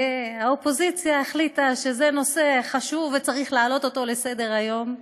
האופוזיציה החליטה שזה נושא חשוב וצריך להעלות אותו על סדר-היום.